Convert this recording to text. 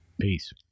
Peace